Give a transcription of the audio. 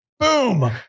Boom